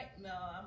no